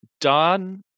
Don